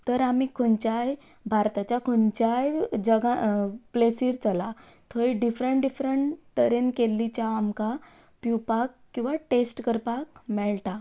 तर आमी खंयच्याय भारताच्या खंयच्याय जगा प्लेसीर चला थंय डिफरंट डिफरंट तरेन केल्ली च्या आमकां पिवपाक किंवां टेस्ट करपाक मेळटा